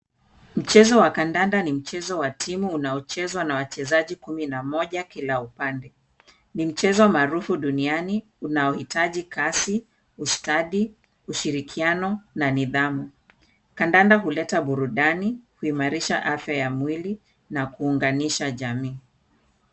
Mchezo wa kandanda ni mchezo wa timu unaochezwa na wachezaji kumi na mmoja kila upande. Ni mchezo maarufu duniani unaohitaji kasi, ustadi, ushirikiano na nidhamu. Kandanda huleta burudani, huimarisha afya ya mwili na kuunganisha jamii.